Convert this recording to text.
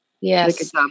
Yes